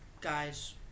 guys